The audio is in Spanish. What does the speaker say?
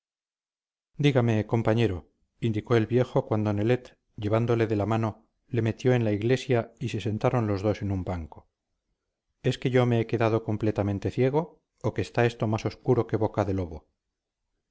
dígame compañero indicó el viejo cuando nelet llevándole de la mano le metió en la iglesia y se sentaron los dos en un banco es que yo me he quedado completamente ciego o que está esto más obscuro que boca de lobo